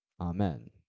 Amen